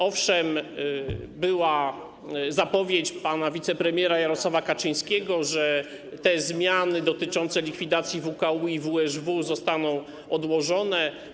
Owszem, była zapowiedź pana wicepremiera Jarosława Kaczyńskiego, że zmiany dotyczące likwidacji WKU i WSW zostaną odłożone.